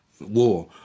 war